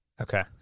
Okay